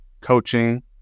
coaching